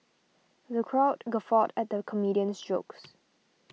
the crowd guffawed at the comedian's jokes